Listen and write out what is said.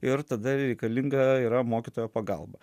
ir tada reikalinga yra mokytojo pagalba